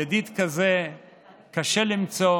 ידיד כזה קשה למצוא,